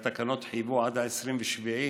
התקנות חייבו לבצע את זה עד 27 ביולי,